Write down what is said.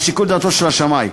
על שיקול דעתו של השמאי.